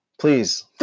Please